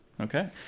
Okay